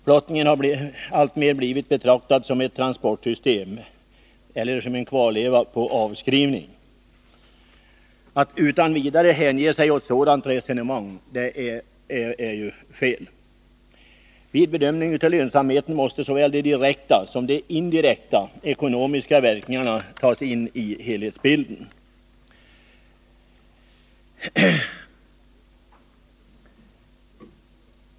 Flottningen har alltmer blivit betraktad som ett transportsystem eller en kvarleva som är på avskrivning. Att utan vidare hänge sig åt ett sådant resonemang är fel. Vid bedömning av lönsamheten måste såväl de direkta som de indirekta ekonomiska verkningarna tas in i helhetsbilden.